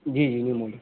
جی جی new model